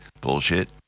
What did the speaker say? bullshit